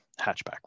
hatchback